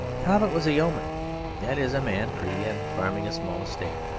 cobbett was a yeoman that is, a man free and farming a small estate.